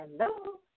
Hello